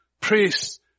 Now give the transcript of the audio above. priests